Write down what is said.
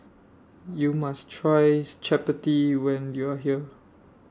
YOU must Try Chappati when YOU Are here